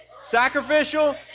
Sacrificial